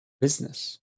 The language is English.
business